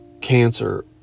cancer